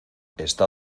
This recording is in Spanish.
esta